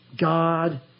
God